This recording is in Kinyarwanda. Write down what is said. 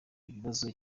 ikibazo